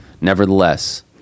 nevertheless